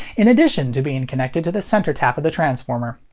in addition to being connected to the center tap of the transformer.